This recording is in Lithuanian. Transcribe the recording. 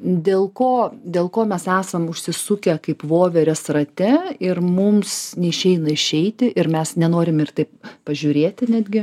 dėl ko dėl ko mes esam užsisukę kaip voverės rate ir mums neišeina išeiti ir mes nenorim ir taip pažiūrėti netgi